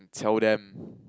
and tell them